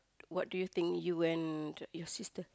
what do you think you and your sister